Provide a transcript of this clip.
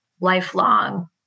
lifelong